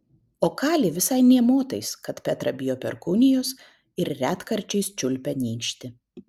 o kali visai nė motais kad petra bijo perkūnijos ir retkarčiais čiulpia nykštį